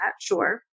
Sure